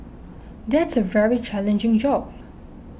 that's a very challenging job